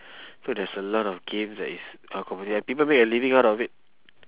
so there's a lot of games that is uh popular people make a living out of it